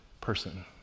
person